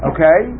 Okay